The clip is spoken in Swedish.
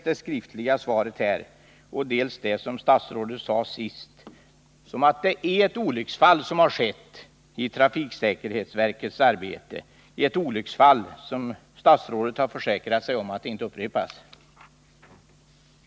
Det skriftliga svaret och det som statsrådet sade senast tolkar jag så att det är ett olycksfall som skett i trafiksäkerhetsverkets arbete, och statsrådet har försäkrat sig om att detta olycksfall inte upprepas.